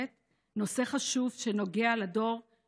הצעת חוק למניעת אלימות במשפחה (תיקון,